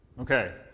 Okay